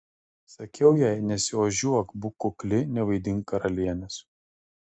sakiau jai nesiožiuok būk kukli nevaidink karalienės